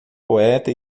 poeta